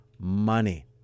money